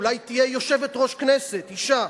אולי תהיה יושבת-ראש כנסת אשה.